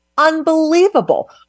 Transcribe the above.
unbelievable